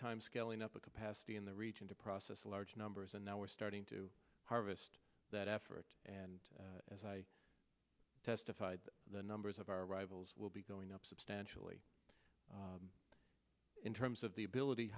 time scaling up a capacity in the region to process a large numbers and now we're starting to harvest that effort and as i testified the numbers of our rivals will be going up substantially in terms of the ability